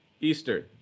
Eastern